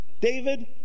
David